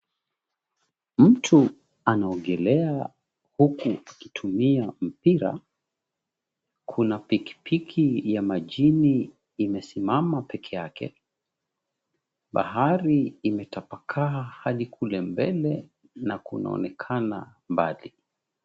Mtu anaogelea huku akitumia mpira. Kuna pikipii ya majini imesimama peke yake. Bahari imetapakaa hadi kule mbele na kunaonekana mbali.